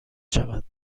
شود